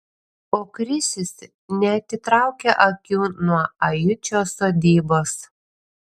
o krisius neatitraukia akių nuo ajučio sodybos